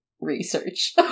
research